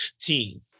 team